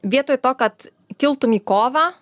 vietoj to kad kiltum į kovą